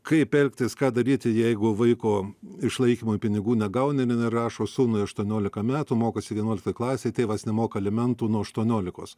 kaip elgtis ką daryti jeigu vaiko išlaikymui pinigų negauni jinai rašo sūnui aštuoniolika metų mokosi vienuoliktoj klasėj tėvas nemoka alimentų nuo aštuoniolikos